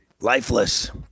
Lifeless